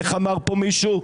איך אמר פה מישהו.